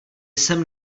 jsem